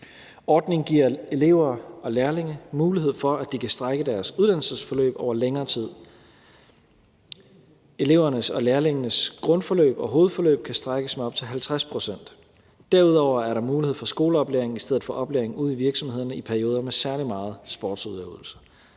Ordningen giver elever og lærlinge mulighed for, at de kan strække deres uddannelsesforløb over længere tid. Elevernes og lærlingenes grundforløb og hovedforløb kan strækkes med op til 50 pct. Derudover er der mulighed for skoleoplæring i stedet for oplæring ude i virksomhederne i perioder med særlig meget sportsudøvelse.